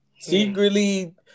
secretly